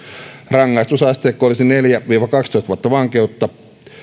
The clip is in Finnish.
rangaistusasteikko olisi neljä viiva kaksitoista vuotta vankeutta